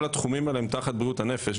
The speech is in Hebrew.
כל התחומים האלה הם תחת בריאות הנפש.